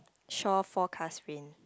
shore forecast rain